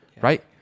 right